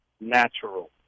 natural